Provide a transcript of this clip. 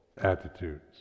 attitudes